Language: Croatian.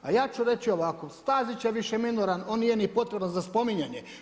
A ja ću reći ovako, Stazić je više minoran, on nije ni potreban za spominjanje.